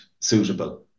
suitable